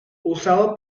usado